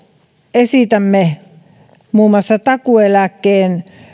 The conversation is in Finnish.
esitämme muun muassa takuueläkkeen